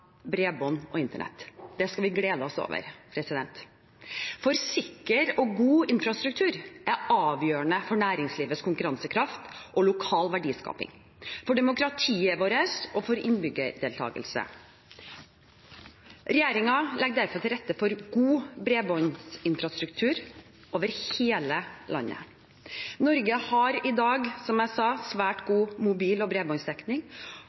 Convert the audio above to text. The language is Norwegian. bredbånd og internett. Det skal vi glede oss over. Sikker og god infrastruktur er avgjørende for næringslivets konkurransekraft og lokal verdiskaping, for demokratiet vårt og for innbyggerdeltakelse. Regjeringen legger derfor til rette for god bredbåndsinfrastruktur over hele landet. Norge har i dag, som jeg sa, svært god mobil- og bredbåndsdekning.